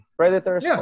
predators